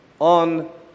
on